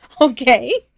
okay